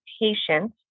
patient